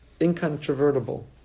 Incontrovertible